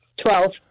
Twelve